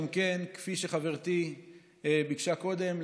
כפי שחברתי ביקשה קודם,